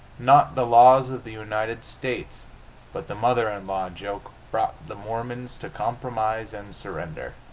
not the laws of the united states but the mother-in-law joke brought the mormons to compromise and surrender.